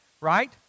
right